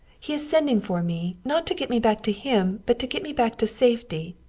he is sending for me, not to get me back to him, but to get me back to safety.